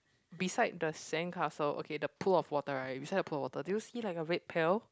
beside the sandcastle okay the pool of water right beside the pool of water do you see like a red pail